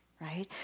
right